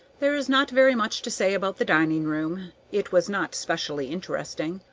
there is not very much to say about the dining-room. it was not specially interesting,